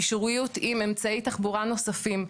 קישוריות עם אמצעי תחבורה נוספים,